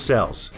Cells